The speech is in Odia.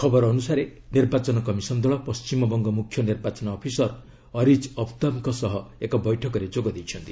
ଖବର ଅନୁସାରେ ନିର୍ବାଚନ କମିଶନ ଦଳ ପଶ୍ଚିମବଙ୍ଗ ମୁଖ୍ୟ ନିର୍ବାଚନ ଅଫିସର ଅରିଜ୍ ଅଫତାବ୍ଙ୍କ ସହ ଏକ ବୈଠକରେ ଯୋଗ ଦେଇଛନ୍ତି